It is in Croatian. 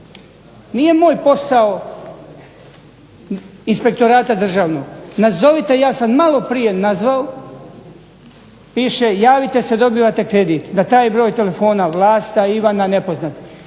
nije moj posao inspektorata državnog, nazovite, ja sam maloprije nazvao, piše javite se dobivate kredit. Na taj broj telefona Vlasta Ivana nepoznata.